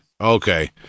Okay